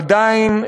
עדיין,